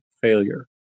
failure